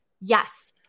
Yes